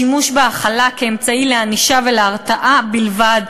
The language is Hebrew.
על שימוש בהאכלה כאמצעי לענישה ולהרתעה בלבד,